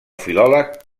filòleg